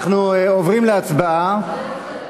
אנחנו עוברים להצבעה.